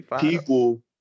people